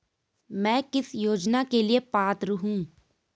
मैं किस योजना के लिए पात्र हूँ?